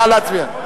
נא להצביע.